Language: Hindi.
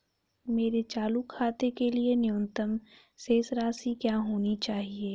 मेरे चालू खाते के लिए न्यूनतम शेष राशि क्या होनी चाहिए?